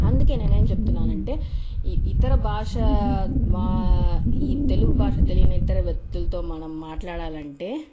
అందుకే నేనేం చెప్తున్నాను అంటే ఇతర భాష ఈ తెలుగు భాష తెలీయని ఇతర వ్యక్తులతో మనం మాట్లాడాలి అంటే